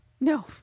No